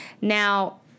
Now